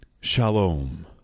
Shalom